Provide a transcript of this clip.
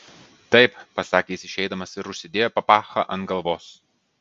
taip pasakė jis išeidamas ir užsidėjo papachą ant galvos